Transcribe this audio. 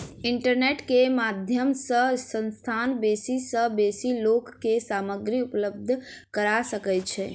internet के माध्यम सॅ संस्थान बेसी सॅ बेसी लोक के सामग्री उपलब्ध करा सकै छै